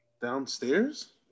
Downstairs